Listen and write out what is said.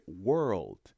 world